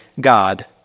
God